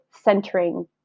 centering